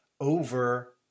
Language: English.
over